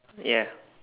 ya